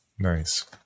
Nice